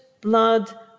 blood